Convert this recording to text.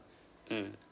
mm